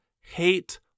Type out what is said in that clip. hate